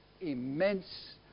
immense